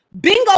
bingo